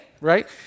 right